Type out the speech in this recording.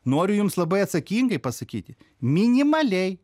noriu jums labai atsakingai pasakyti minimaliai